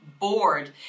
bored